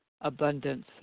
abundance